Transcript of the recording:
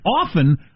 Often